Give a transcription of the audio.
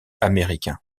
américains